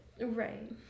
right